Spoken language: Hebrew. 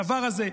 הדבר הזה,